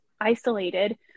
isolated